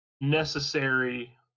necessary